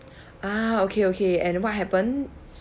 ah okay okay and what happened